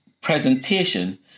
presentation